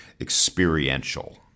experiential